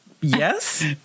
Yes